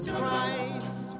Christ